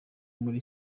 muri